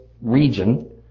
region